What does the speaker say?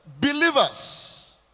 believers